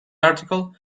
article